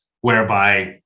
whereby